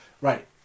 Right